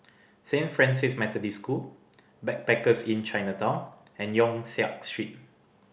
Saint Francis Methodist School Backpackers Inn Chinatown and Yong Siak Street